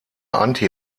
anti